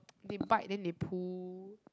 they bite then they pull